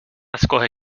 escoge